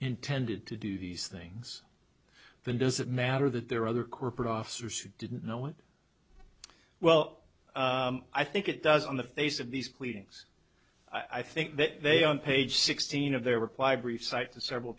intended to do these things then does it matter that there are other corporate officers who didn't know what well i think it does on the face of these pleadings i think that they on page sixteen of their reply brief cite to several